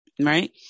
right